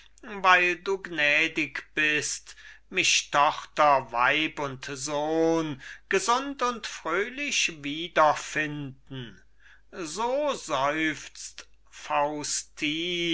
weil du gnädig bist mich tochter weib und sohn gesund und fröhlich wieder finden so